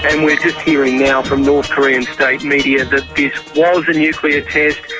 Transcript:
and we're just hearing now from north korean state media that this was a nuclear test.